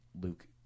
Luke